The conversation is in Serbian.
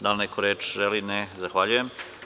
Da li neko želi reč? (Ne) Zahvaljujem.